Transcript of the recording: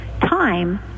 time